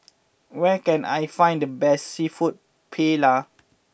where can I find the best Seafood Paella